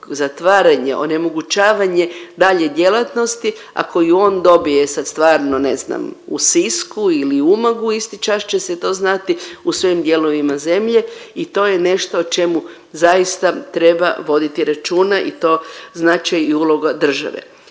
zatvaranje, onemogućavanje dalje djelatnosti, a koju on dobije, sad stvarno ne znam u Sisku ili Umagu isti čas će se to znali u svim dijelovima zemlje i to je nešto o čemu zaista treba voditi računa i to značaj i uloga države.